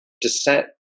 descent